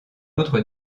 autre